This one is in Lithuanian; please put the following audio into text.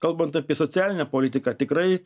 kalbant apie socialinę politiką tikrai